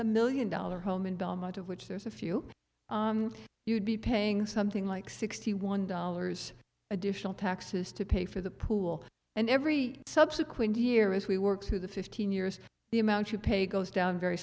the million dollar home in belmont of which there's a few you'd be paying something like sixty one dollars additional taxes to pay for the pool and every subsequent year as we work through the fifteen years the amount you pay goes down very